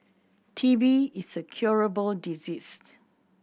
T B is a curable disease